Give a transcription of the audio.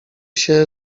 się